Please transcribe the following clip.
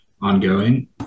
ongoing